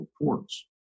reports